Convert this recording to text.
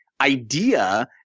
idea